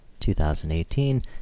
2018